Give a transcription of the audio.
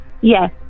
Yes